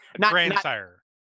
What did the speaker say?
Grandsire